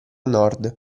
nord